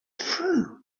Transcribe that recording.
through